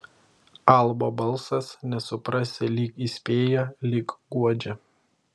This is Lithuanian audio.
albo balsas nesuprasi lyg įspėja lyg guodžia